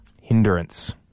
Hindrance